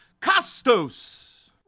Costos